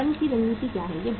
अब फर्म की रणनीति क्या है